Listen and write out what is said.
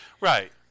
Right